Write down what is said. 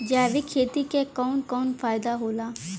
जैविक खेती क कवन कवन फायदा होला?